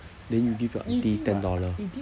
then you give your auntie ten dollar